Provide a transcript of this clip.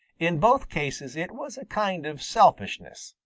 in both cases it was a kind of selfishness.